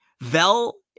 Vel